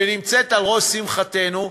שעל ראש שמחתנו,